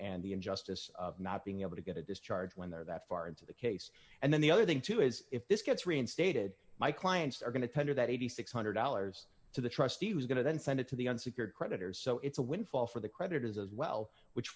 and the injustice of not being able to get a discharge when they're that far into the case and then the other thing too is if this gets reinstated my clients are going to tender that eight thousand six hundred dollars to the trustee who's going to then send it to the unsecured creditors so it's a windfall for the creditors as well which